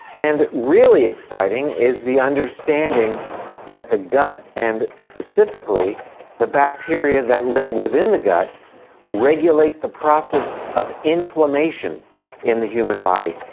and really exciting is the understanding that the gut and specifically the bacteria that live within the gut regulate the process of inflammation in the human body.